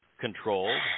controlled